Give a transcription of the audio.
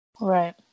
Right